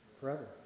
Forever